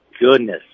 goodness